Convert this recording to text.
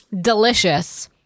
Delicious